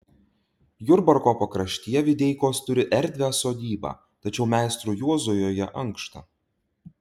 jurbarko pakraštyje videikos turi erdvią sodybą tačiau meistrui juozui joje ankšta